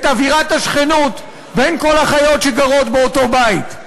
אווירת השכנות בין כל החיות שגרות באותו בית.